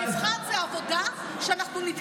המבחן זה עבודה שאנחנו,